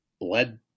bled